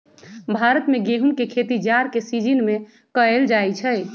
भारत में गेहूम के खेती जाड़ के सिजिन में कएल जाइ छइ